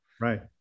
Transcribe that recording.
right